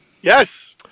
Yes